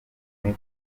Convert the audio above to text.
kuri